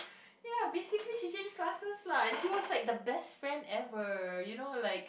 ya basically she changed classes lah and she was like the best friend ever you know like